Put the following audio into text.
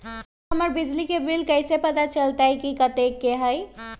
हमर बिजली के बिल कैसे पता चलतै की कतेइक के होई?